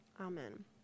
Amen